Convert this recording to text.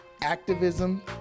activism